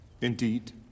Indeed